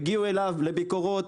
הגיעו אליו לביקורות,